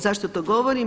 Zašto to govorim?